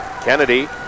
Kennedy